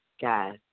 guys